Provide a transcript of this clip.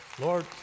Lord